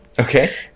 Okay